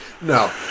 No